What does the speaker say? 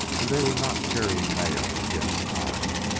and they were not carrying mail against time.